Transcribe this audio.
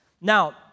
Now